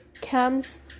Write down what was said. comes